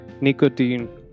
nicotine